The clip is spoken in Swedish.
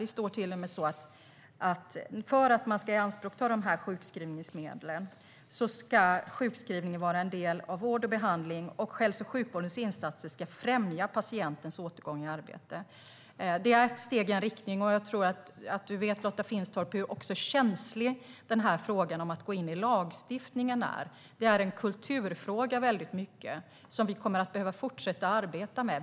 Det står till och med att för att man ska ianspråkta dessa sjukskrivningsmedel ska sjukskrivningen vara en del av vård och behandling, och hälso och sjukvårdens insatser ska främja patientens återgång i arbete. Det är ett steg i en riktning. Jag tror att Lotta Finstorp vet hur känslig frågan om att gå in i lagstiftningen är. Det är i hög grad en kulturfråga som vi kommer att behöva fortsätta att arbeta med.